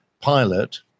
pilot